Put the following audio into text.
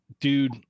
dude